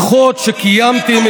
"משיחות שקיימתי עם,